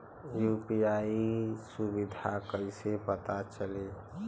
UPI सुबिधा कइसे पता चली?